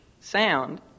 sound